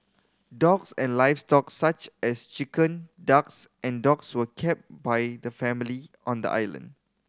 dogs and livestock such as chicken ducks and dogs were kept by the family on the island